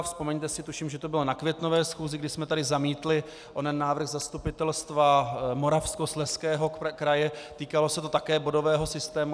Vzpomeňte si, tuším, že to bylo na květnové schůzi, kdy jsme tady zamítli onen návrh Zastupitelstva Moravskoslezského kraje, týkalo se to také bodového systému.